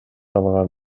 алган